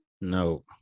No